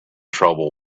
trouble